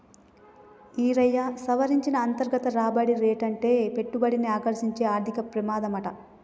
ఈరయ్యా, సవరించిన అంతర్గత రాబడి రేటంటే పెట్టుబడిని ఆకర్సించే ఆర్థిక పెమాదమాట